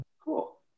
Cool